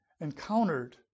encountered